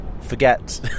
forget